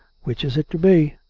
which is it to be?